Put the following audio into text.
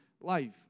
life